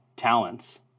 talents